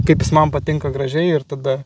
kaip jis man patinka gražiai ir tada